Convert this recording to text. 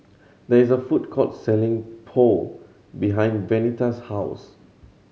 there is a food court selling Pho behind Venita's house